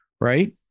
Right